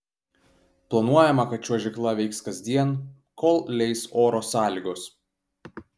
planuojama kad čiuožykla veiks kasdien kol leis oro sąlygos